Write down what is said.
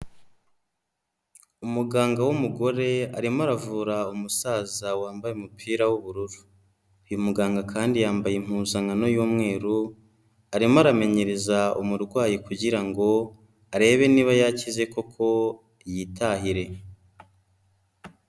Umuganga w'umugore arimo aravura umusaza wambaye umupira w'ubururu, uyu muganga kandi yambaye impuzankano y'umweru, arimo aramenyereza umurwayi kugira ngo arebe niba yakize koko yitahire.